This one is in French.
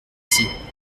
ici